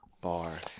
bar